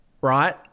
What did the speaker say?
right